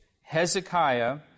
Hezekiah